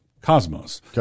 cosmos